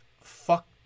fuck